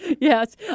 Yes